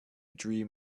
dream